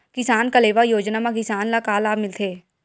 किसान कलेवा योजना म किसान ल का लाभ मिलथे?